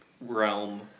realm